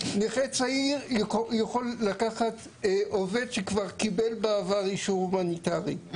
נכה צעיר יכול לקחת עובד שכבר קיבל בעבר אישור הומניטארי,